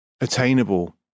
attainable